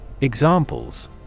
Examples